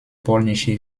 polnische